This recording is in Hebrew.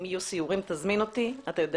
אם יהיו סיורים תזמין אותי אתה יודע